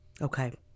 Okay